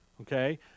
Okay